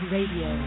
Radio